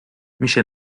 میشه